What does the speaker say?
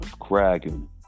cracking